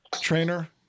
Trainer